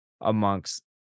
amongst